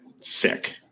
Sick